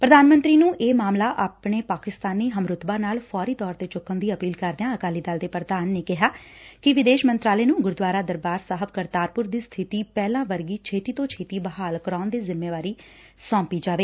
ਪ੍ਰਧਾਨ ਮੰਤਰੀ ਨੂੰ ਇਹ ਮਾਮਲਾ ਆਪਣੇ ਪਾਕਿਸਤਾਨੀ ਹਮਰੁਤਬਾ ਨਾਲ ਫੌਰੀ ਤੌਰ ਤੇ ਚੁੱਕਣ ਦੀ ਅਪੀਲ ਕਰਦਿਆਂ ਅਕਾਲੀ ਦਲ ਦੇ ਪ੍ਰਧਾਨ ਨੇ ਕਿਹਾ ਕਿ ਵਿਦੇਸ਼ ਮੰਤਰਾਲੇ ਨੂੰ ਗੁਰਦੁਆਰਾ ਦਰਬਾਰ ਸਾਹਿਬ ਕਰਤਾਰਪੁਰ ਦੀ ਸਬਿਤੀ ਪਹਿਲਾਂ ਵਰਗੀ ਛੇਤੀ ਤੋਂ ਛੇਤੀ ਬਹਾਲ ਕਰਵਾਊਣ ਦੀ ਜ਼ਿਮੇਵਾਰੀ ਸੌਪੀ ਜਾਵੇ